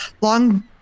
long